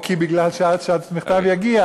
או מפני שעד שהמכתב יגיע,